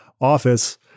office